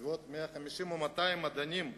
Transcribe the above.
בסביבות 150 או 200 מדענים,